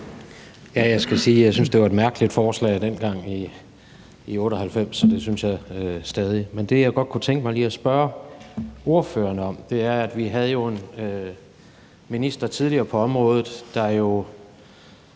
jeg syntes, det var et mærkeligt forslag, dengang i 1998, og det synes jeg stadig. Men det, jeg godt kunne tænke mig lige at spørge ordføreren til, er, at vi jo tidligere havde en minister på området, der gav